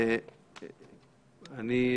אני,